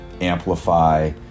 amplify